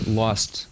lost